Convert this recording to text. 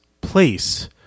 place